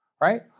Right